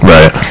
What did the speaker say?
Right